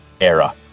era